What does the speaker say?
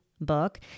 book